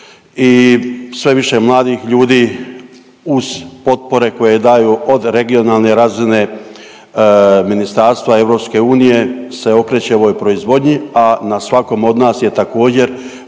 i sve više mladih ljudi uz potpore koje daju od regionalne razine, ministarstva, EU se okreće ovoj proizvodnji a na svakom od nas je također